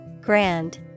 Grand